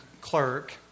clerk